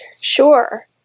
sure